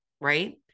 Right